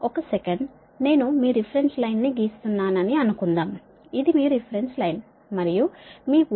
ఒక సెకను నేను మీ రిఫరెన్స్ లైన్ ని గీస్తున్నాని అని అనుకుందాం ఇది మీ రిఫరెన్స్ లైన్ మరియు మీ వోల్టేజ్ మీ 235